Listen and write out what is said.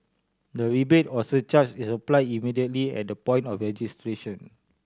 the rebate or surcharge is applied immediately at the point of registration